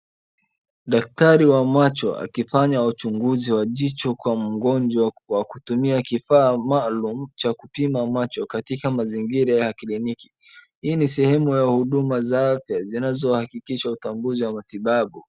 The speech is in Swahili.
Daktari wa macho akifanya uchunguzi wa jicho mgonjwa kwa kutumia kifaa maalum cha kupima macho katika huduma za kliniki. Hii ni sehemu ya huduma zake zinazohakikisha utambuzi wa matibabu.